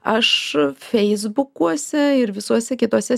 aš feisbukuose ir visuose kituose